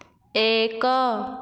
ଏକ